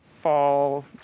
fall